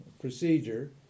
procedure